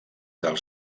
del